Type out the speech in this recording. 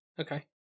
okay